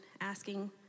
asking